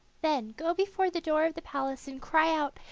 then go before the door of the palace and cry out,